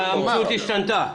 המציאות השתנתה.